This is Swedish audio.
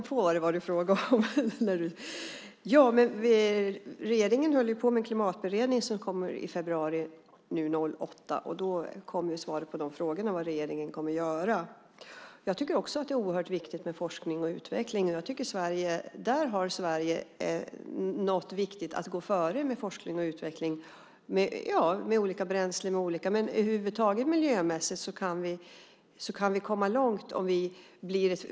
Fru talman! Regeringen har tillsatt en klimatberedning som ska redovisa sitt uppdrag i februari 2008. Då kommer svaren på frågan vad regeringen kommer att göra. Jag tycker också att det är oerhört viktigt med forskning och utveckling. Det är viktigt att Sverige går före med forskning och utveckling genom olika bränslen och annat. Över huvud taget kan vi miljömässigt komma långt om vi blir ett föregångsland.